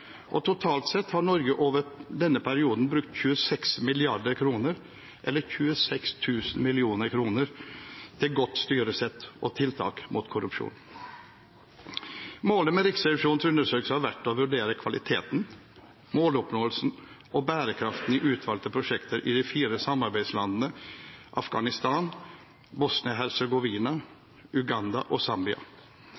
og totalt sett har Norge i denne perioden brukt 26 mrd. kr, eller 26 000 mill. kr, til godt styresett og tiltak mot korrupsjon. Målet med Riksrevisjonens undersøkelse har vært å vurdere kvaliteten, måloppnåelsen og bærekraften i utvalgte prosjekter i de fire samarbeidslandene Afghanistan,